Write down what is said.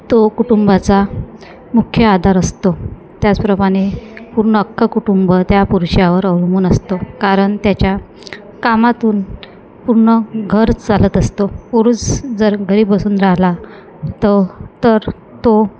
तो कुटुंबाचा मुख्य आधार असतो त्याचप्रमाणे पूर्ण अख्खं कुटुंब त्या पुरुषावर अवलंबून असतो कारण त्याच्या कामातून पूर्ण घर चालत असतो पुरुष जर घरी बसून राहिला तर तर तो